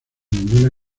ninguna